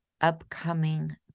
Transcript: upcoming